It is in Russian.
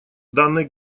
данной